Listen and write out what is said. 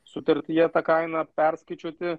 sutartyje tą kainą perskaičiuoti